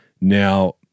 Now